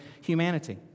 humanity